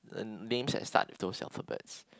um names that start with those alphabets